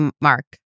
Mark